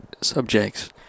subjects